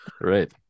Right